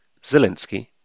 Zelensky